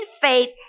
faith